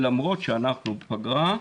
ולמרות שאנחנו בפגרה,